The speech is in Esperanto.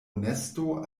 nesto